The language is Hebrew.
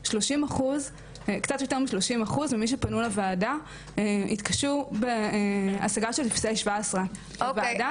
שקצת יותר מ-30% ממי שפנו לוועדה התקשו בהשגה של טפסי 17 מהוועדה,